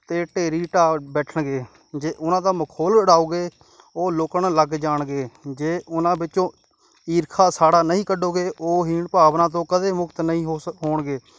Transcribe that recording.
ਤਾਂ ਢੇਰੀ ਢਾਹ ਬੈਠਣਗੇ ਜੇ ਉਹਨਾਂ ਦਾ ਮਖੌਲ ਉਡਾਓਗੇ ਉਹ ਲੁਕਣ ਲੱਗ ਜਾਣਗੇ ਜੇ ਉਹਨਾਂ ਵਿੱਚੋਂ ਈਰਖਾ ਸਾੜਾ ਨਹੀਂ ਕੱਢੋਗੇ ਉਹ ਹੀਣ ਭਾਵਨਾ ਤੋਂ ਕਦੇ ਮੁਕਤ ਨਹੀਂ ਹੋ ਸਕ ਹੋਣਗੇ